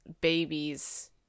babies